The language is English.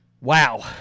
Wow